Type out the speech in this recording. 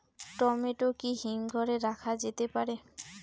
Tomato কি হিমঘর এ রাখা যেতে পারে?